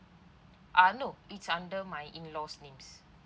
ah no it's under my in laws names